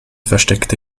versteckte